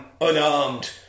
unarmed